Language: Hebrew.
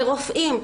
לרופאים,